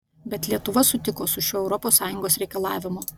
bet lietuva sutiko su šiuo europos sąjungos reikalavimu